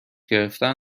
گرفتن